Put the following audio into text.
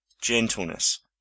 gentleness